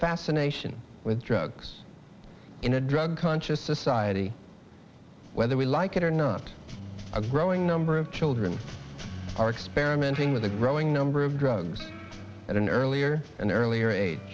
fascination with drugs in a drug conscious society whether we like it or not a growing number of children are experimenting with a growing number of drugs at an earlier an earlier age